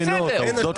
השבחה.